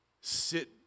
sit